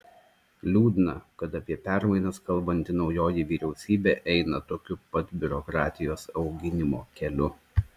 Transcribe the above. liūdna kad apie permainas kalbanti naujoji vyriausybė eina tokiu pat biurokratijos auginimo keliu